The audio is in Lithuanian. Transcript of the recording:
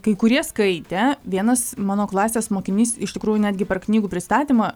kai kurie skaitė vienas mano klasės mokinys iš tikrųjų netgi per knygų pristatymą